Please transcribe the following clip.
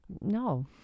no